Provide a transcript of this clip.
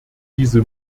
diese